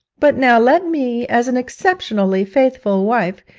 but now let me, as an exceptionally faithful wife,